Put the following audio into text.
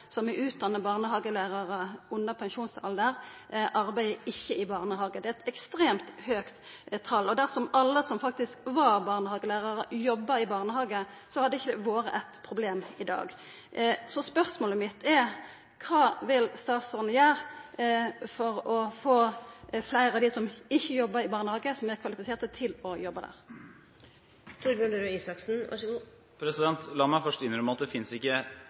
som er utdanna barnehagelærarar og er under pensjonsalder, arbeider i barnehage. Det er eit ekstremt høgt tal. Dersom alle som faktisk var barnehagelærarar, jobba i barnehage, hadde det ikkje vore eit problem i dag. Så spørsmålet mitt er: Kva vil statsråden gjera for å få fleire av dei som ikkje jobbar i barnehage, som er kvalifiserte, til å jobba der? La meg først